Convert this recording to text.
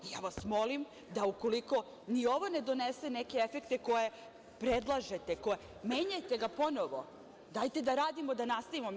Ja vas molim da ukoliko ni ovo ne donese neke efekte koje predlažete, menjajte ga ponovo, dajte da radimo, da nastavimo.